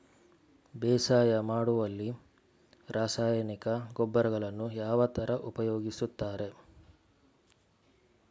ಬೇಸಾಯ ಮಾಡುವಲ್ಲಿ ರಾಸಾಯನಿಕ ಗೊಬ್ಬರಗಳನ್ನು ಯಾವ ತರ ಉಪಯೋಗಿಸುತ್ತಾರೆ?